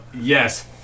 yes